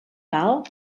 cal